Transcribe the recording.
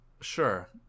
sure